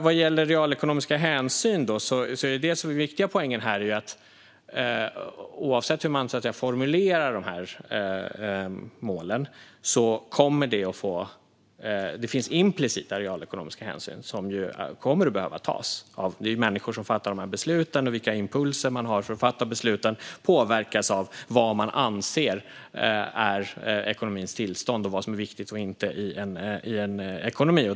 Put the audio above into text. Vad gäller realekonomiska hänsyn är den viktiga poängen att det oavsett hur man formulerar målen finns det implicita realekonomiska hänsyn som kommer att behöva tas. Det är ju människor som fattar besluten, och vilka impulser man har att fatta besluten påverkas av vad man anser är ekonomins tillstånd och vad som är viktigt och inte i en ekonomi.